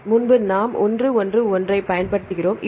எனவே முன்பு நாம் 1 1 1 1 ஐப் பயன்படுத்துகிறோம்